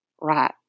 Right